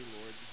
Lord